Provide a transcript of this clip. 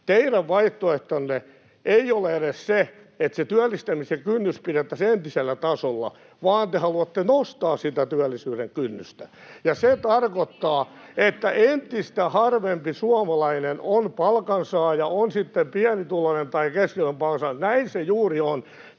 Teidän vaihtoehtonne ei ole edes se, että se työllistämisen kynnys pidettäisiin entisellä tasolla, vaan te haluatte nostaa sitä työllistämisen kynnystä, ja se tarkoittaa, että entistä harvempi suomalainen on palkansaaja, on sitten pienituloinen tai keskituloinen palkansaaja. Näin se juuri on: